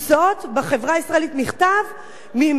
מכתב ממשנה לפרקליט המדינה.